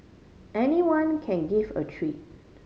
anyone can give a treat